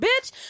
bitch